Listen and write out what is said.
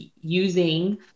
using